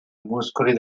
muscoli